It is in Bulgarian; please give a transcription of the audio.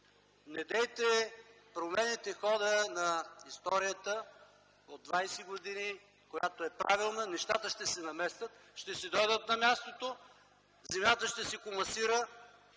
Недейте да променяте хода на историята от двадесет години, която е правилна! Нещата ще се наместят, ще си дойдат на мястото, земята ще се комасира,